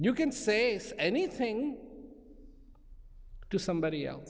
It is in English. you can say anything to somebody else